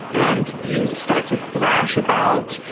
and you start to thrash about.